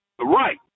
right